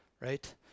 right